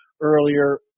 earlier